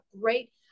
great